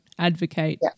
advocate